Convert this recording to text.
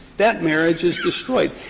that marriage is destroyed.